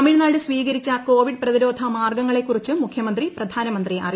തമിഴ്നാട് സ്വീകരിച്ച കോവിഡ് പ്രതിരോധ മാർഗ്ഗങ്ങളെക്കുറിച്ച് മുഖ്യമന്ത്രി പ്രധാനമന്ത്രിയെ അറിയിച്ചു